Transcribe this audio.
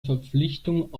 verpflichtung